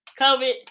COVID